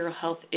health